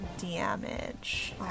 damage